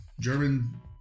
German